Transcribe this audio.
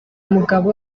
mugabo